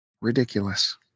Ridiculous